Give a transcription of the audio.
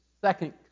second